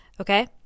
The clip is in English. Okay